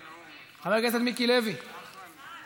חבר הכנסת מיקי לוי, מוותר.